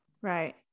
Right